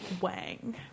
Wang